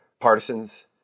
partisans